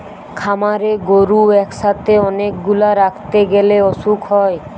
খামারে গরু একসাথে অনেক গুলা রাখতে গ্যালে অসুখ হয়